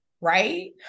right